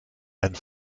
and